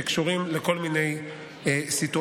שקשורים לכל מיני סיטואציות.